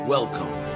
Welcome